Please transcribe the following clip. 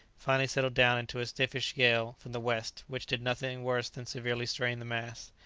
finally settled down into a stiffish gale from the west, which did nothing worse than severely strain the masts.